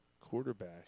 quarterback